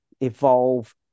evolve